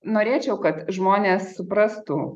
norėčiau kad žmonės suprastų